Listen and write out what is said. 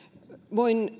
voin